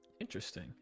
interesting